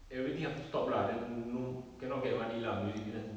everything have stopped lah then no cannot get money lah music business